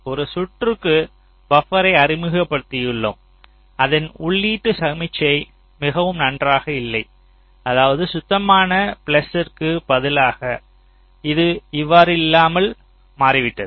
ஒரு சுற்றுக்கு பபர்ரை அறிமுகப்படுத்தியுள்ளோம் அதன் உள்ளீட்டு சமிக்ஞை மிகவும் நன்றாக இல்லை அதாவது சுத்தமான ப்ள்ஸ்ற்க்கு பதிலாக இது இவ்வாறு இல்லாமல் மாறிவிட்டது